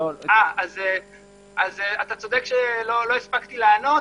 אתה צודק שלא הספקתי לענות.